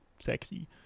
Sexy